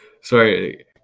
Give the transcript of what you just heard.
Sorry